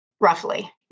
roughly